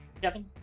Kevin